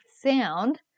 sound